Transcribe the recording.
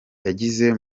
yagize